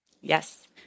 Yes